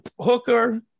hooker